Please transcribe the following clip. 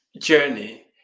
journey